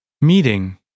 Meeting